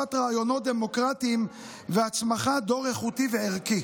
להחלפת רעיונות דמוקרטיים ולהצמחת דור איכותי וערכי.